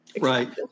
Right